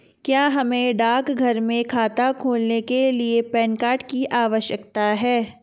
क्या हमें डाकघर में खाता खोलने के लिए पैन कार्ड की आवश्यकता है?